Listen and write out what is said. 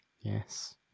Yes